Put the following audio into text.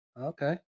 okay